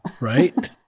Right